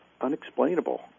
unexplainable